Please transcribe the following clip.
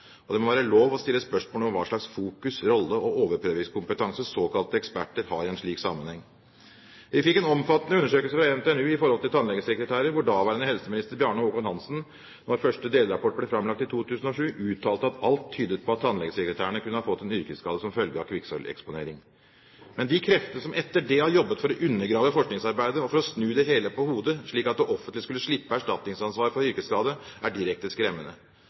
fram. Det må være lov å stille spørsmål om hva slags fokus, rolle og overprøvingskompetanse såkalte eksperter har i en slik sammenheng. Vi fikk en omfattende undersøkelse fra NTNU med tanke på tannlegesekretærer, hvor daværende helseminister Bjarne Håkon Hanssen da første delrapport ble framlagt i 2007, uttalte at alt tydet på at tannlegesekretærene kunne ha fått en yrkesskade som følge av kvikksølveksponering. Men de kreftene som etter det har jobbet for å undergrave forskningsarbeidet og for å snu det hele på hodet slik at det offentlige skulle slippe erstatningsansvar for yrkesskade, er direkte skremmende.